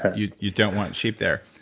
ah you you don't want sheep there.